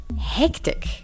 hectic